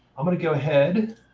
i'm going to go ahead.